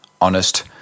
honest